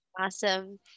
Awesome